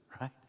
right